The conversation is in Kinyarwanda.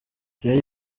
byari